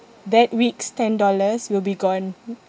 that week's ten dollars will be gone